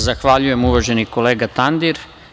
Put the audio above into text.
Zahvaljujem, uvaženi kolega Tandir.